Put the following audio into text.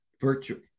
virtually